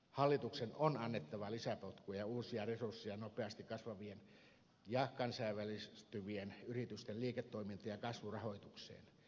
hallituksen on annettava lisäpotkuja ja uusia resursseja nopeasti kasvavien ja kansainvälistyvien yritysten liiketoiminta ja kasvurahoitukseen